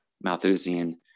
Malthusian